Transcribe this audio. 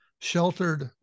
Sheltered